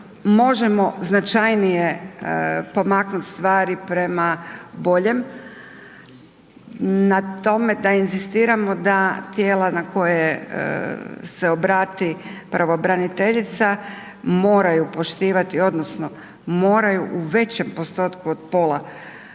možemo značajnije pomaknuti stvari prema boljem na tome da inzistiramo da tijela na koje se obrati pravobraniteljica moraju poštivati odnosno moraju u većem postotku od pola